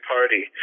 Party